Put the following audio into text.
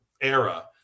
era